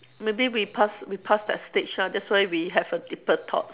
maybe we pass we pass that stage ah that's why we have a deeper thoughts